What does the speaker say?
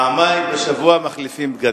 פעמיים בשבוע מחליפים בגדים,